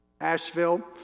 Asheville